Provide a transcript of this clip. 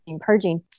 purging